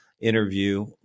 interview